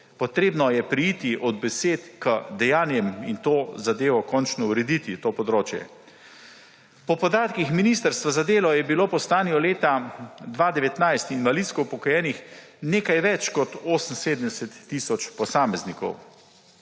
potrebno je preiti od besed k dejanjem in to zadevo končno urediti za to področje. Po podatkih ministrstva za delo je bilo po stanju leta 2019 invalidsko upokojenih nekaj več kot 78 tisoč posameznikov.